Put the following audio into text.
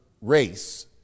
race